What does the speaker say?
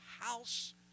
house